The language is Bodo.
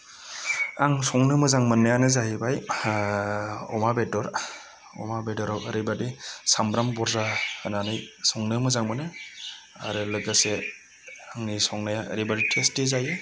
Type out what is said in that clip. आं संनो मोजां मोननायानो जाहैबाय अमा बेदर अमा बेदराव ओरैबायदि सामब्राम बुरजा होनानै संनो मोजां मोनो आरो लोगोसे आंनि संनाया ओरैबायदि टेस्टि जायो